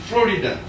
Florida